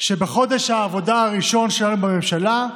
שבחודש העבודה הראשון שלנו בממשלה,